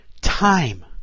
Time